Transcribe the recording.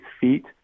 feet